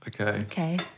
Okay